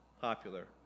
popular